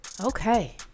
Okay